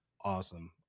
awesome